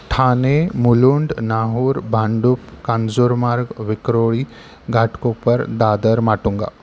Thane Mulund Nahur Bhandup Kanjurmarg Vikhroli Ghatkopar Dadar Matunga